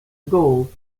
gold